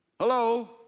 Hello